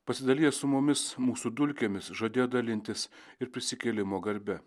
pasidalijęs su mumis mūsų dulkėmis žadėjo dalintis ir prisikėlimo garbe